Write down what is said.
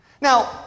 Now